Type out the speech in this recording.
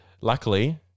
luckily